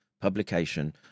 publication